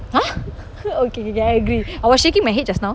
!huh! okay K K I agree I was shaking my head just now